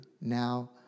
now